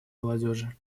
молодежи